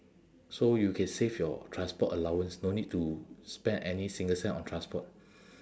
so you can save your transport allowance no need to spend any single cent on transport